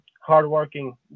hardworking